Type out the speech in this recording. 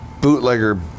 bootlegger